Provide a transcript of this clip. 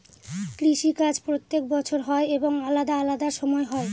কৃষি কাজ প্রত্যেক বছর হয় এবং আলাদা আলাদা সময় হয়